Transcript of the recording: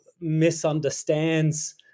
misunderstands